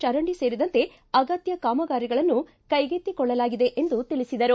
ಚರಂಡಿ ಸೇರಿದಂತೆ ಅಗತ್ಯ ಕಾಮಗಾರಿಗಳನ್ನು ಕೈಗೆತ್ತಿಕೊಳ್ಳಲಾಗಿದೆ ಎಂದು ತಿಳಿಸಿದರು